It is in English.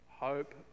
Hope